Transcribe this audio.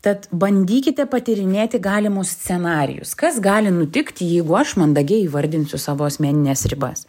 tad bandykite patyrinėti galimus scenarijus kas gali nutikti jeigu aš mandagiai įvardinsiu savo asmenines ribas